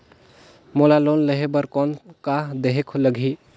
मोला लोन लेहे बर कौन का देहेक लगही?